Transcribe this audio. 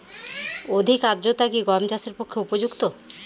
অধিক আর্দ্রতা কি গম চাষের পক্ষে উপযুক্ত?